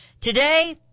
Today